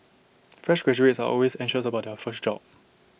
fresh graduates are always anxious about their first job